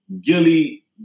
Gilly